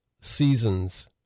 seasons